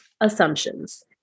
assumptions